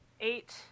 eight